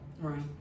Right